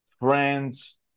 friends